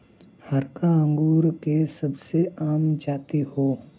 हरका अंगूर के सबसे आम जाति हौ